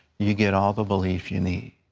you get all the belief you need.